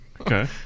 okay